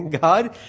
God